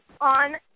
on